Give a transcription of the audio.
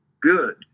good